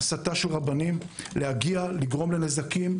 להגיע למקום ולגרום לנזקים,